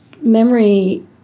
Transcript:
Memory